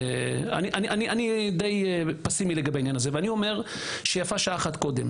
אני די פסימי לגבי העניין הזה ואני אומר שיפה שעה אחת קודם.